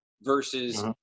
versus –